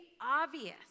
obvious